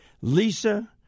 Lisa